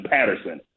Patterson